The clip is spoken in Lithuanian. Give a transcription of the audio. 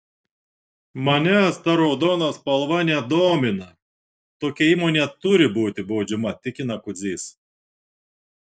manęs ta raudona spalva nedomina tokia įmonė turi būti baudžiama tikina kudzys